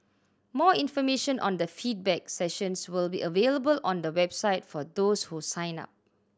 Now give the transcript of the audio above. more information on the feedback sessions will be available on the website for those who sign up